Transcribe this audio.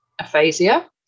aphasia